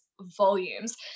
volumes